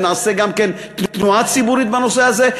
ונעשה גם כן תנועה ציבורית בנושא הזה,